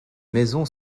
maison